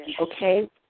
Okay